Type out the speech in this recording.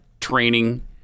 training